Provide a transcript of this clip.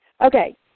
Okay